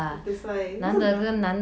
that's why that's